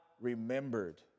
remembered